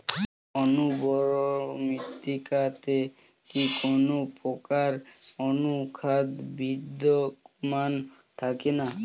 অনুর্বর মৃত্তিকাতে কি কোনো প্রকার অনুখাদ্য বিদ্যমান থাকে না?